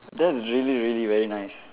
that's really really very nice